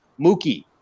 Mookie